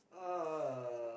uh